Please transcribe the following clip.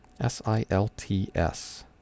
S-I-L-T-S